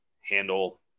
handle